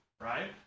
right